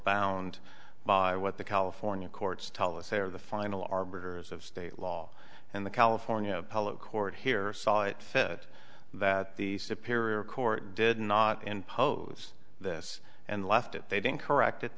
bound by what the california courts tell us they are the final arbiters of state law and the california court here saw it fit that the superior court did not impose this and left it they didn't correct it